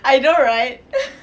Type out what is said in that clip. I know right uh